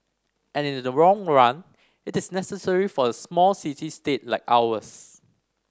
and in the long run it is necessary for a small city state like ours